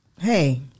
hey